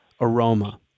aroma